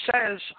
says